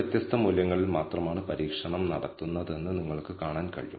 വ്യത്യസ്ത സാമ്പിളുകളിലെ എററുകൾക്ക് ഒരേ വ്യത്യാസമുണ്ടെന്നും നമ്മൾ അനുമാനിക്കുന്നു